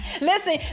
Listen